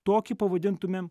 tokį pavadintumėm